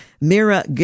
Mira